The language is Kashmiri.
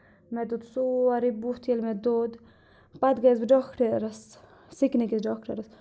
مےٚ دوٚد سورُے بُتھ ییٚلہِ مےٚ دوٚد پَتہٕ گٔیس بہٕ ڈاکٹرَس سِکنہٕ کِس ڈاکٹَرَس